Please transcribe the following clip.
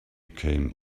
came